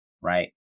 right